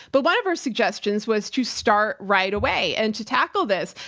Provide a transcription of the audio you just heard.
but one of her suggestions was to start right away and to tackle this.